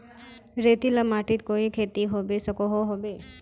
रेतीला माटित कोई खेती होबे सकोहो होबे?